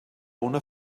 una